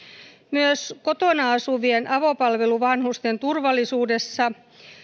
myös kotona asuvien avopalveluvanhusten turvallisuudessa